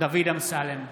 דוד אמסלם,